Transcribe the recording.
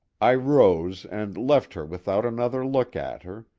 i rose and left her without another look at her,